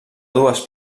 dues